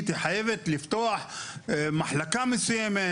היא חייבת לפתוח מחלקה מסוימת,